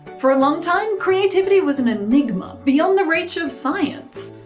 for a long time, creativity was an enigma, beyond the reach of science.